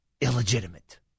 Illegitimate